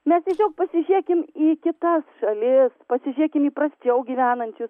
mes tiesiog pasižiūrėkim į kitas šalis pasižiūrėkim į prasčiau gyvenančius